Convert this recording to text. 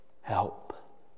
help